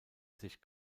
sich